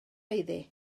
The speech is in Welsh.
iddi